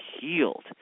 healed